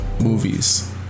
movies